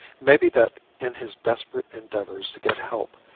maybe that in his desperate endeavours to get help,